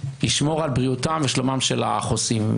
לשמור על בריאותם ושלומם של החוסים.